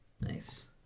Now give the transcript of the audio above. Nice